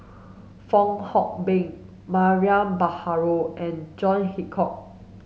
Fong Hoe Beng Mariam Baharom and John Hitchcock